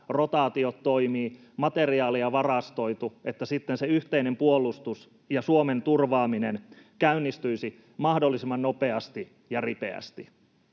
rotaatiot toimivat, materiaaleja on varastoitu, että sitten se yhteinen puolustus ja Suomen turvaaminen käynnistyisivät mahdollisimman nopeasti ja ripeästi.